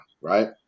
right